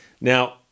Now